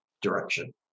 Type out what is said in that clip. direction